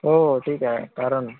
हो हो ठीक आहे कारण